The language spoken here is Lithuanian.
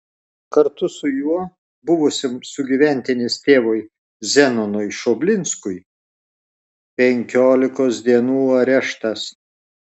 kartu su juo buvusiam sugyventinės tėvui zenonui šoblinskui penkiolikos dienų areštas